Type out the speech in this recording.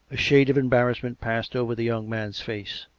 a shade of embarrassment passed over the young man's face,